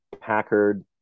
Packard